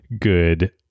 good